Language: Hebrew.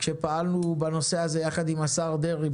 כשפעלו בנושא הזה יחד עם השר דרעי,